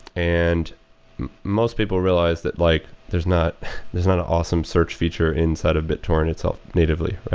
and most people realized that like there's not there's not a awesome search feature inside of bittorrent itself natively.